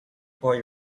boy